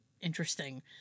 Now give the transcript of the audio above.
interesting